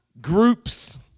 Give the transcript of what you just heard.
groups